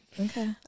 Okay